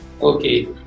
okay